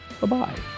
Bye-bye